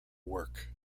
work